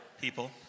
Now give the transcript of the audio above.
people